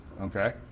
okay